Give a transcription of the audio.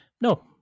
no